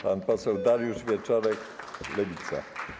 Pan poseł Dariusz Wieczorek, Lewica.